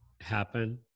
happen